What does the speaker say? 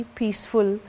peaceful